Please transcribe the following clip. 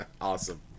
Awesome